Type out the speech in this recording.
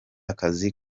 akazi